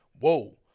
whoa